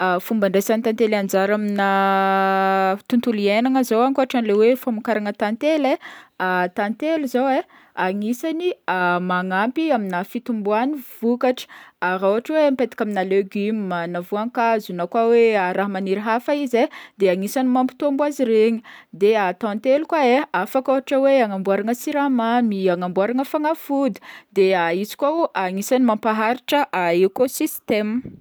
Fomba andraisan'ny tantely anjara amina tontolo iainana zao ankotran'le hoe famokarana tantely e, tantely zao e agnisan'ny magnampy amina fitomboagn'ny vokatra, raha ôhatra hoe mipetaka amina legume na voankazo na koa hoe raha maniry hafa izy e de agnisan'ny mampitombo azy iregny, de tantely koa e afaka ôhatra hoe hanamboaragna siramamy na agnamboarana fanafody, izy koa agnisan'ny mampaharitra ekosistema.